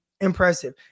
impressive